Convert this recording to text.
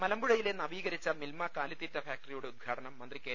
മലമ്പുഴയിലെ നവീകരിച്ച മിൽമ കാലിത്തീറ്റ ഫാക്ടറി യുടെ ഉദ്ഘാടനം മന്ത്രി കെ